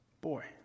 boy